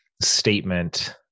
statement